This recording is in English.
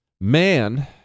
Man